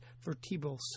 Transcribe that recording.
vertebral